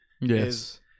Yes